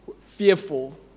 Fearful